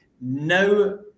no